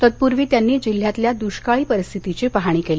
तत्पूर्वी त्यांनी जिल्ह्यातल्या दुष्काळी परिस्थितीची पाहणी केली